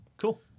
cool